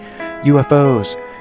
UFOs